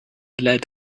lead